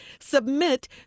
Submit